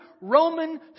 Roman